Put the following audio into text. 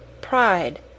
Pride